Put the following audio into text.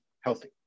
healthy